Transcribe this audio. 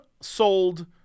sold